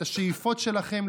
את השאיפות שלכם,